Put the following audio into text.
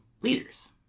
leaders